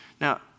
Now